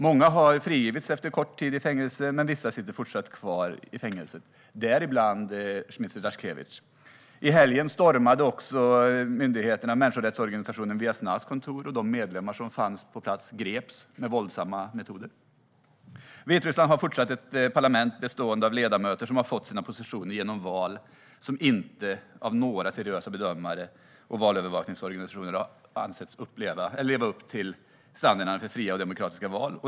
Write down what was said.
Många har frigivits efter kort tid i fängelse, men vissa sitter även fortsättningsvis kvar i fängelse, däribland Zmitser Dasjkevitj. I helgen stormade också myndigheterna människorättsorganisationen Vjasnas kontor, och de medlemmar som fanns på plats greps med våldsamma metoder. Vitryssland har ett parlament bestående av ledamöter som har fått sina positioner genom val som inte av några seriösa bedömare eller valövervakningsorganisationer har ansetts leva upp till standarderna för fria och demokratiska val.